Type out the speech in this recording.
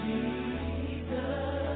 Jesus